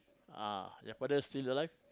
ah your father still alive